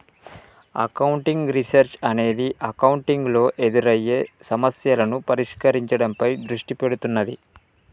accounting research అనేది accounting లో ఎదురయ్యే సమస్యలను పరిష్కరించడంపై దృష్టి పెడుతున్నాది